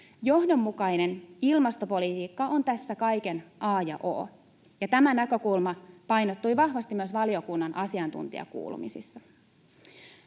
Johdonmukainen ilmastopolitiikka on tässä kaiken a ja o, ja tämä näkökulma painottui vahvasti myös valiokunnan asiantuntijakuulemisissa.